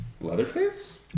Leatherface